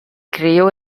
crio